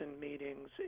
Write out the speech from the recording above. meetings